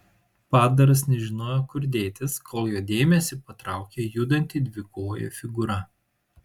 padaras nežinojo kur dėtis kol jo dėmesį patraukė judanti dvikojė figūra